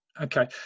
Okay